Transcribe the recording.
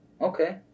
Okay